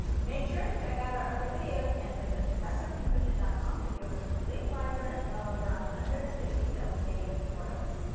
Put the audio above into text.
make sure to check out our other videos and visit professorpincushion dot com to view our complete library work well over a hundred and fifty sewing video tutorials.